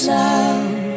love